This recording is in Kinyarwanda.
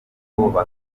ahubwo